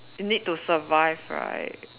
need to survive right